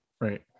Right